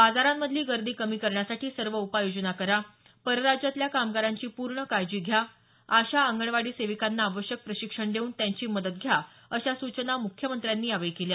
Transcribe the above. बाजारांमधली गर्दी कमी करण्यासाठी सर्व उपाययोजना करा परराज्यातल्या कामगारांची पूर्ण काळजी घ्या आशा अंगणवाडी सेविकांना आवश्यक प्रशिक्षण देऊन त्यांची मदत घ्या अशा सूचना मुख्यमंत्र्यांनी यावेळी केल्या